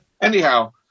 Anyhow